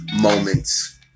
moments